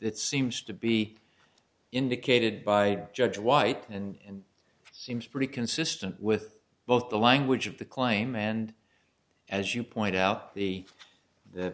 that seems to be indicated by judge white and seems pretty consistent with both the language of the claim and as you point out the the